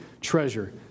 treasure